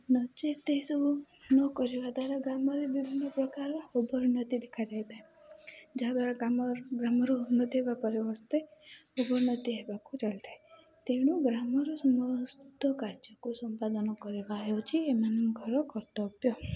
ନଚେତ ଏସବୁ ନ କରିବା ଦ୍ୱାରା ଗ୍ରାମରେ ବିଭିନ୍ନ ପ୍ରକାର ଉଭରନ୍ନତି ଦେଖାଯାଇଥାଏ ଯାହାଦ୍ୱାରା ଗ୍ରାମର ଉନ୍ନତି ହେବା ପରିବର୍ତ୍ତେ ଉଭର୍ଣ୍ଣତି ହେବାକୁ ଚାଲିଥାଏ ତେଣୁ ଗ୍ରାମର ସମସ୍ତ କାର୍ଯ୍ୟକୁ ସମ୍ପାଦନ କରିବା ହେଉଛି ଏମାନଙ୍କର କର୍ତ୍ତବ୍ୟ